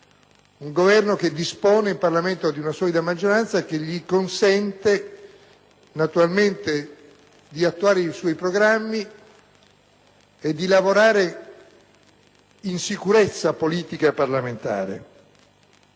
Il Governo dispone in Parlamento di una solida maggioranza che gli consente naturalmente di attuare i suoi programmi e di lavorare in sicurezza politica e parlamentare.